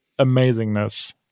amazingness